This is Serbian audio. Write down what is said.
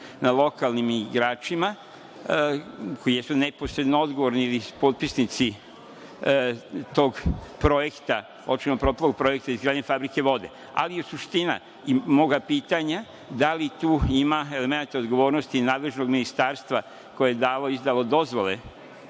na lokalnim igračima, koji jesu neposredno odgovorni jer su potpisnici tog projekta, očigledno propalog projekta izgradnje fabrike vode, ali je suština mog pitanja da li tu ima elemenata odgovornosti i nadležnog ministarstva koje je izdalo dozvole